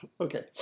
Okay